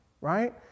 right